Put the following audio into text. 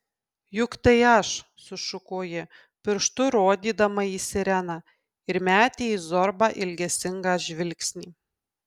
juk tai aš sušuko ji pirštu rodydama į sireną ir metė į zorbą ilgesingą žvilgsnį